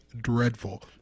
dreadful